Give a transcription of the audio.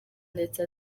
ndetse